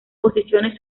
posiciones